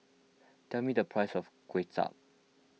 tell me the price of Kuay Chap